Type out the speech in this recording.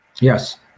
yes